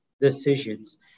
decisions